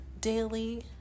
daily